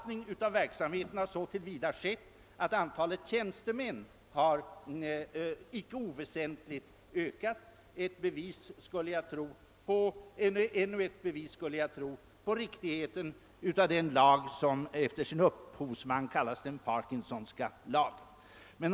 ning har så till vida inträtt som antalet tjänstemän icke oväsentligt stigit, vilket jag tror kan anses vara ytterligare ett belägg för riktigheten i den Parkinsonska lagen.